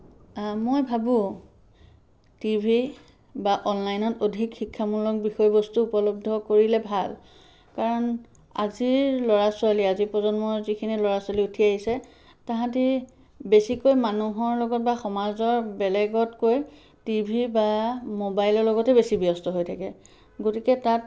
মই ভাবো T V বা অনলাইনত অধিক শিক্ষামূলক বিষয়বস্তু উপলব্ধ কৰিলে ভাল কাৰণ আজিৰ ল'ৰা ছোৱালী আজিৰ প্ৰজন্মৰ যিখিনি ল'ৰা ছোৱালী উঠি আহিছে তাহাঁতি বেছিকৈ মানুহৰ লগত বা সমাজৰ বেলেগতকৈ টি ভি বা মোবাইলৰ লগতে বেছিকৈ ব্যস্ত হৈ থাকে গতিকে তাত